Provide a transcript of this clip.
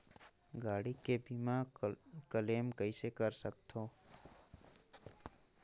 गाड़ी के बीमा क्लेम कइसे कर सकथव?